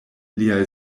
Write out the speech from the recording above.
liaj